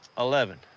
eleven.